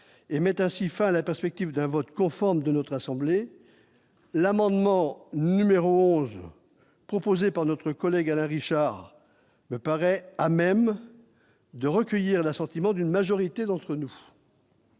et mettent ainsi fin à la perspective d'un vote conforme de notre assemblée, l'amendement numéro 11 proposé par notre collègue Alain Richard me paraît à même de recueillir l'assentiment d'une majorité d'entre nous.